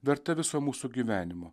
verta viso mūsų gyvenimo